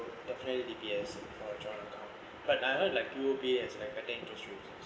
definitely D_B_S for a joint account but I heard like U_O_B has like very low interest rate